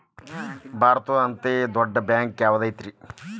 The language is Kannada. ಭಾರತದ್ದು ಅತೇ ದೊಡ್ಡ್ ಬ್ಯಾಂಕ್ ಯಾವ್ದದೈತಿ?